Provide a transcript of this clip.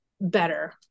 better